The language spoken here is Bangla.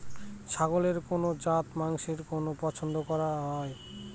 ছাগলের কোন জাত মাংসের জন্য পছন্দ করা হয়?